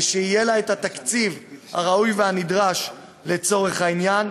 ושיהיה לה התקציב הראוי והנדרש לצורך העניין,